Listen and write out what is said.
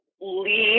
leave